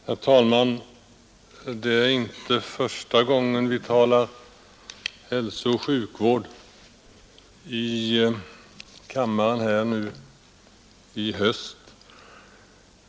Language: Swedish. Herr talman! Det är inte första gången i höst som vi i kammaren talar hälsooch sjukvård.